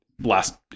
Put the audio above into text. last